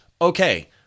Okay